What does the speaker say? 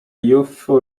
youthful